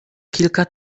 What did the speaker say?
kilka